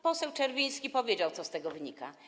Poseł Czerwiński powiedział, co z tego wynika.